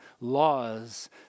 laws